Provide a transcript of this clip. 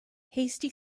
hasty